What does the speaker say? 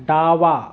डावा